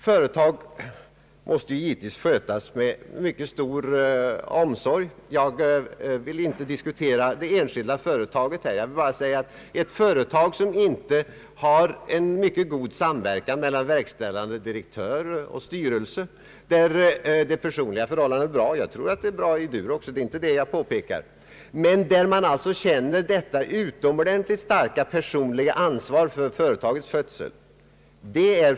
Företag måste givetvis skötas med mycket stor omsorg. Jag vill inte diskutera det enskilda företaget, men ett företag måste ha en mycket god samverkan mellan verkställande direktör och styrelse. Den kanske är bra i Durox, det är inte det jag talar om. Men förutsättningen för att det skall gå bra är att man känner ett utomordentligt stort personligt ansvar för företagets skötsel.